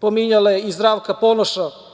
pominjale i Zdravka Ponoša,